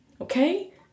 Okay